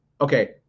Okay